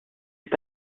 est